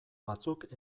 batzuk